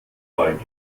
orgel